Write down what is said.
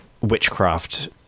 witchcraft